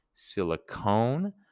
silicone